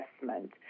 investment